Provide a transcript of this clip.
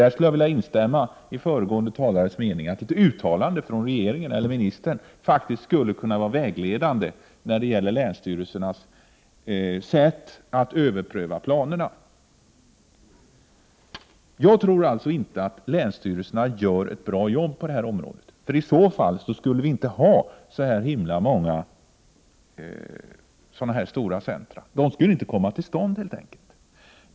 Jag skulle här vilja instämma i föregående talares mening att ett uttalande från regeringen eller ministern faktiskt skulle kunna vara vägledande när det gäller länsstyrelsernas sätt att överpröva planerna. Jag tror således inte att länsstyrelserna gör ett bra arbete på detta område. Om så vore fallet skulle vi nämligen inte ha så många sådana här stora centra. De skulle helt enkelt inte komma till stånd.